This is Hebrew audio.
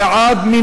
מי בעד?